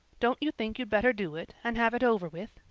don't you think you'd better do it and have it over with?